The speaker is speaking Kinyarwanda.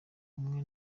umwe